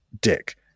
dick